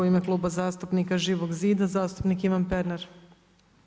U ime Kluba zastupnika Živog zida zastupnik Ivan Pernar.